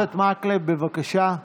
חבר הכנסת מקלב, בבקשה.